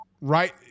right